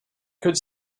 could